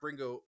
Bringo